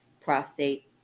prostate